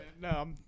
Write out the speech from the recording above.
No